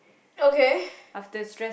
okay